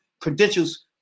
credentials